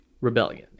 rebellion